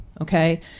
Okay